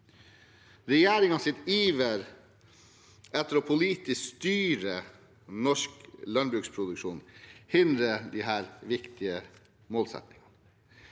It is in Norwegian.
Regjeringens iver etter å politisk styre norsk landbruksproduksjon hindrer disse viktige målsettingene.